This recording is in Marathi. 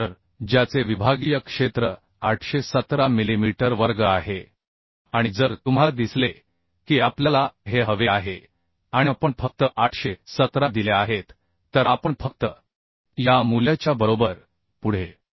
तर ज्याचे विभागीय क्षेत्र 817 मिलीमीटर वर्ग आहे आणि जर तुम्हाला दिसले की आपल्याला हे हवे आहे आणिआपण फक्त 817 दिले आहेत तर आपण फक्त या मूल्याच्या बरोबर पुढे